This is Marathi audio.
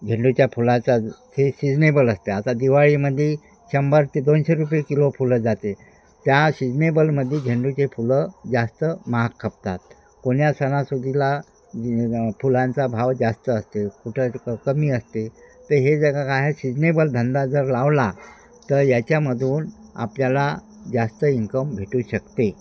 झेंडूच्या फुलाचा हे सीजनेबल असते आता दिवाळीमध्ये शंभर ते दोनशे रुपये किलो फुलं जाते त्या सिजनेबलमध्ये झेंडूचे फुलं जास्त महाग खपतात कोण्या सणासुदीला फुलांचा भाव जास्त असते कुठं क कमी असते तर हे जग काय आहे सीजनेबल धंदा जर लावला तर याच्यामधून आपल्याला जास्त इन्कम भेटू शकते